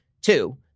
Two